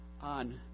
on